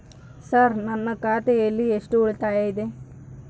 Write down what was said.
Sir ನನ್ನ ಖಾತೆಯಲ್ಲಿ ಎಷ್ಟು ಉಳಿತಾಯ ಇದೆ?